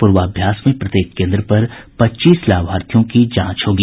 पूर्वाभ्यास में प्रत्येक केंद्र पर पच्चीस लाभार्थियों की जांच होगी